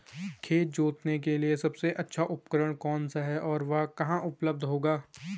खेत जोतने के लिए सबसे अच्छा उपकरण कौन सा है और वह कहाँ उपलब्ध होगा?